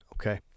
okay